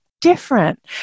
different